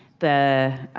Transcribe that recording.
the